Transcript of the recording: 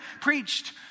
preached